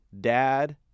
dad